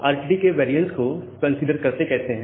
हम RTT के variance को कंसीडर करते कैसे हैं